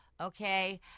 okay